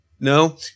No